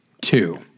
Two